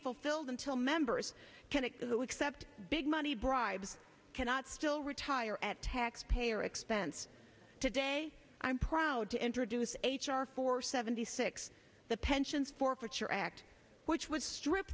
fulfilled until members can it though except big money bribes cannot still retire at taxpayer expense today i'm proud to introduce h r four seventy six the pension forfeiture act which was strip